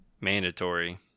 mandatory